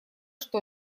что